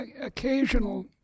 occasional